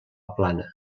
plana